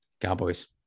Cowboys